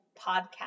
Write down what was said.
Podcast